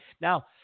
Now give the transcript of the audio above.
Now